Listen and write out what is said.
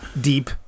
deep